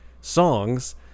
songs